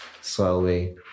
Slowly